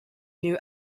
new